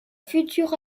futur